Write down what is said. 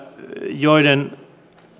joiden